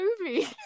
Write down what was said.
movie